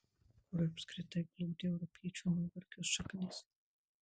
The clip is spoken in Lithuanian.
kur apskritai glūdi europiečių nuovargio šaknis